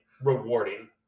rewarding